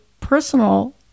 personal